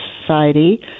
society